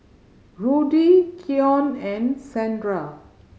Rudy Keion and Shandra